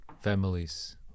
families